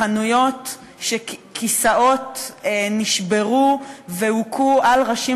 חנויות שכיסאות בהן נשברו והכו על ראשים